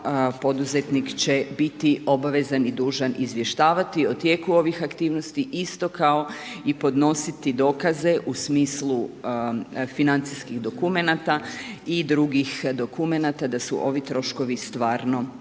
poduzetnik će biti obvezan i dužan izvještavati o tijeku ovih aktivnosti isto kao i podnositi dokaze u smislu financijskih dokumenata i drugi dokumenata da su ovi troškovi i stvarno